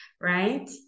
right